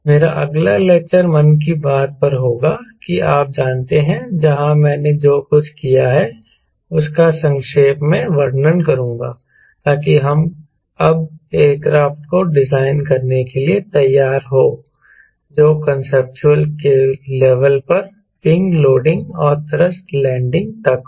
मेरा अगला लेक्चर मन की बात पर होगा कि आप जानते हैं जहाँ मैंने जो कुछ किया है उसका संक्षेप में वर्णन करूँगा ताकि हम अब एयरक्राफ्ट को डिजाइन करने के लिए तैयार हों जो कांसेप्चुअल लेवल पर विंग लोडिंग और थ्रस्ट लोडिंग तक हो